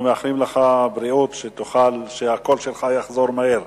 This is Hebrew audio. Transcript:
אנחנו מאחלים בריאות ושהקול שלך יחזור מהר.